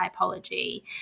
typology